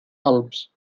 alps